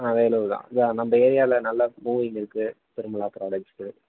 ஆ available தான் இ நம்ம ஏரியாவில் நல்லா மூவிங் இருக்குது திருமலா புராடக்ட்ஸுக்கு